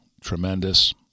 tremendous